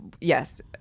yes